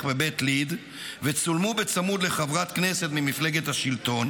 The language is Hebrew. בבית ליד וצולמו בצמוד לחברת כנסת ממפלגת השלטון,